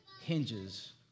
hinges